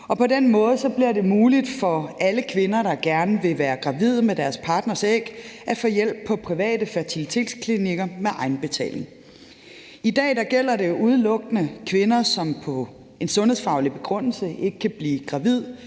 på den måde bliver det muligt for alle kvinder, der gerne vil være gravide med deres partners æg, at få hjælp på private fertilitetsklinikker med egenbetaling. I dag gælder det jo udelukkende kvinder, som ud fra en sundhedsfaglig begrundelse ikke kan blive gravide.